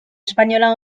espainola